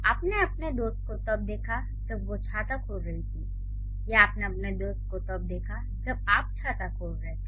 आपने अपने दोस्त को तब देखा जब वो छाता खोल रही थी या आपने अपने दोस्त को तब देखा जब आप छाता खोल रहे थे